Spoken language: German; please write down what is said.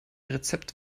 rezept